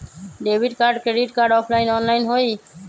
Debit card credit card offline online होई?